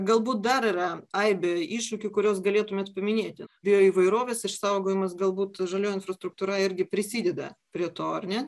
galbūt dar yra aibė iššūkių kuriuos galėtumėt paminėti bioįvairovės išsaugojimas galbūt žalia infrastruktūra irgi prisideda prie to ar ne